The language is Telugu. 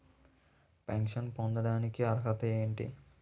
పెన్షన్ పొందడానికి అర్హత ఏంటి?